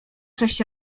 sześć